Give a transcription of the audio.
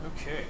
Okay